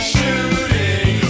Shooting